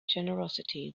generosity